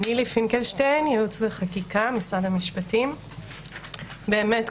באמת,